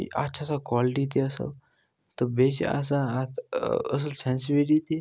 اتھ چھِ آسان کالٹی تہٕ اصل تہٕ بیٚیہِ چھِ آسان اتھ اصل سیٚنسوٕٹی تہِ